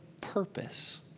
purpose